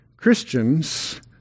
Christians